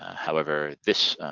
however this